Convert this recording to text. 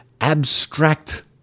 abstract